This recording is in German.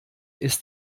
ist